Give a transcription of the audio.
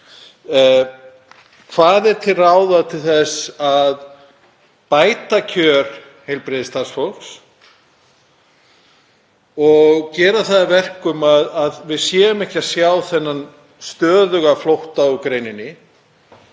Hvað er til ráða til þess að bæta kjör heilbrigðisstarfsfólks og gera það að verkum að við séum ekki að sjá þennan stöðuga flótta úr greininni?